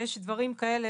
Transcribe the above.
כשיש דברים כאלה,